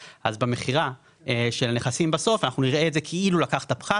אז במכירה של הנכסים בסוף אנחנו נראה את זה כאילו לקחת פחת